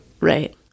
right